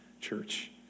church